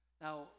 Now